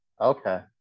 Okay